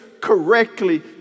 correctly